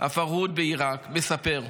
הפרהוד בעירק, מספר: